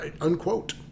unquote